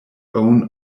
own